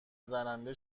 زننده